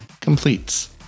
completes